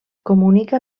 comunica